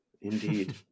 indeed